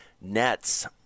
nets